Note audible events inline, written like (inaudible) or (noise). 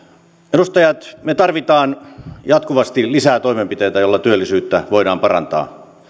edustajat me tarvitsemme jatkuvasti lisää toimenpiteitä joilla työllisyyttä voidaan parantaa (unintelligible)